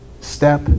Step